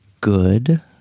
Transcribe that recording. good